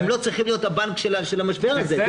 הם לא צריכים להיות הבנק של המשבר הזה.